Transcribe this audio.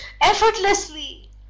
effortlessly